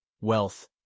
wealth